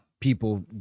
People